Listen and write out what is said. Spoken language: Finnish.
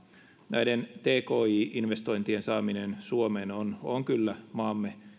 näiden tki investointien saaminen suomeen on on maamme